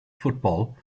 football